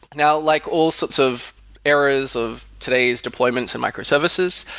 now, like all sorts of errors of today's deployments and micro services,